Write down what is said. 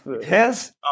yes